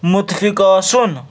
مُتفِق آسُن